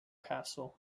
castle